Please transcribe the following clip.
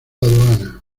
aduana